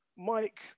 Mike